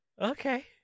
okay